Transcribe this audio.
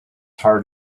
heart